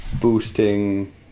boosting